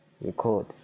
record